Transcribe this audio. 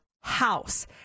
house